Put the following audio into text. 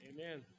Amen